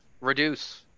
reduce